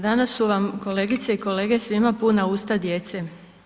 Danas su vam kolegice i kolege svima puna usta djece.